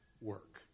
work